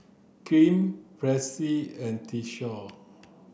Kem Presley and Tyshawn